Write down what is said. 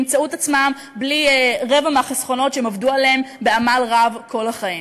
הם ימצאו את עצמם בלי רבע מהחסכונות שהם עבדו עליהם בעמל רב כל החיים.